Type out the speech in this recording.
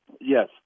Yes